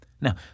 Now